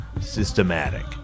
Systematic